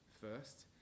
First